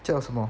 叫什么